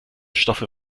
stoffe